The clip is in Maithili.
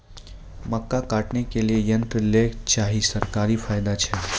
मक्का काटने के लिए यंत्र लेल चाहिए सरकारी फायदा छ?